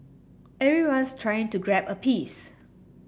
everyone's trying to grab a piece